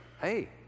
hey